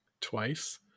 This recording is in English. twice